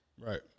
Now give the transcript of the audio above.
Right